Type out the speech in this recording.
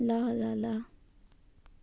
ल ल ल